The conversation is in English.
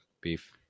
Beef